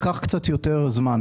וזה לקח קצת יותר זמן.